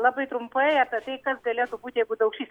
labai trumpai apie tai kas galėtų būti jeigu daukšys